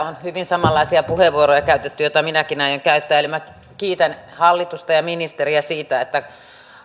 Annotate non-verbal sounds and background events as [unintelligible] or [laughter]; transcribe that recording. [unintelligible] on hyvin samanlaisia puheenvuoroja käytetty ja sellaisen minäkin aion käyttää eli minä kiitän hallitusta ja ministeriä siitä että